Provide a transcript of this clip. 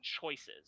choices